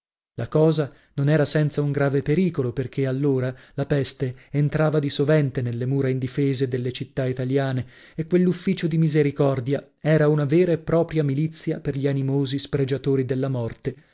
la cosa non era senza un grave pericolo perchè allora la peste entrava di sovente nelle mura indifese delle città italiane e quell'ufficio di misericordia era una vera e propria milizia per gli animosi spregiatori della morte